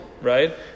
right